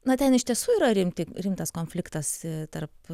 na ten iš tiesų yra rimti rimtas konfliktas tarp